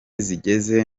zigeze